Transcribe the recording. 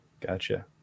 Gotcha